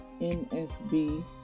NSB